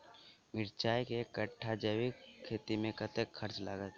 मिर्चा केँ एक कट्ठा जैविक खेती मे कतेक खर्च लागत?